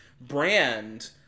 brand